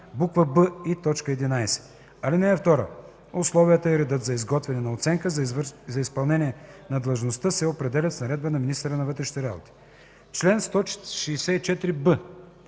буква „б” и т. 11. (2) Условията и редът за изготвяне на оценката за изпълнение на длъжността се определят с наредба на министъра на вътрешните работи. Чл. 164б.